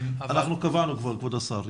אנחנו קבענו כבר כבוד השר.